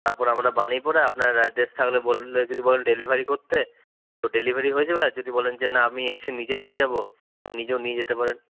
তারপরে আমরা বানিয়ে পরে আপনার অ্যাড্রেস তাহলে বলুন যদি বলেন ডেলিভারি করতে তো ডেলিভারি হয়ে যাবে আর যদি বলেন যে না আমি এসে নিজে নিয়ে যাব তো নিজেও নিয়ে যেতে পারেন